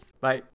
Bye